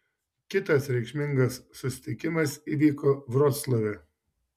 kitas reikšmingas susitikimas įvyko vroclave